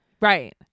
Right